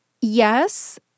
yes